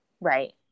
Right